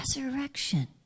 resurrection